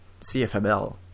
CFML